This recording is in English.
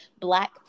Black